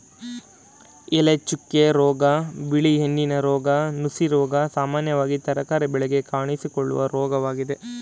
ಎಲೆಚುಕ್ಕೆ ರೋಗ, ಬಿಳಿ ಹೆಣ್ಣಿನ ರೋಗ, ನುಸಿರೋಗ ಸಾಮಾನ್ಯವಾಗಿ ತರಕಾರಿ ಬೆಳೆಗೆ ಕಾಣಿಸಿಕೊಳ್ಳುವ ರೋಗವಾಗಿದೆ